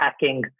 hacking